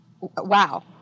wow